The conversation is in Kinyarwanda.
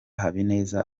habineza